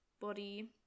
body